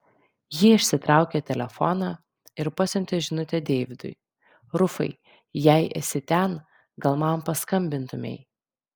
ji išsitraukė telefoną ir pasiuntė žinutę deividui rufai jei esi ten gal man paskambintumei